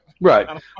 Right